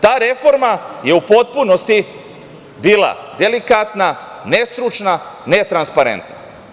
Ta reforma je u potpunosti bila delikatna, nestručna, netransparentna.